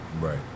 Right